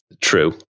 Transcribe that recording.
True